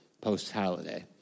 post-holiday